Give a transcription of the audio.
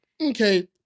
Okay